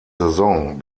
saison